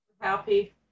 happy